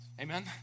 Amen